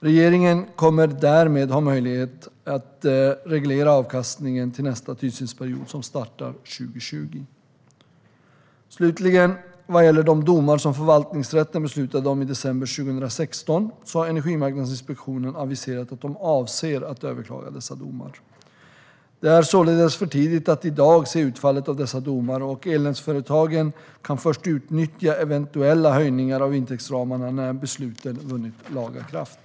Regeringen kommer därmed att ha möjlighet att reglera avkastningen till nästa tillsynsperiod som startar 2020. Slutligen, vad gäller de domar som förvaltningsrätten beslutade om i december 2016 har Energimarknadsinspektionen aviserat att de avser att överklaga dessa. Det är således för tidigt att i dag se vad utfallet blir av dessa domar, och elnätsföretagen kan utnyttja eventuella höjningar av intäktsramarna först när besluten har vunnit laga kraft.